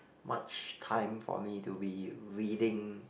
much time for me to be reading